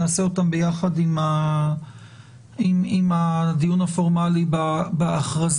נעשה אותם ביחד עם הדיון הפורמלי בהכרזה.